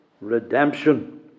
redemption